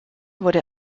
wurde